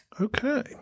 Okay